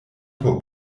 por